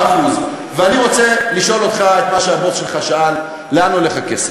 3.4%. ואני רוצה לשאול אותך מה שהבוס שלך שאל: לאן הולך הכסף?